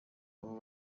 abo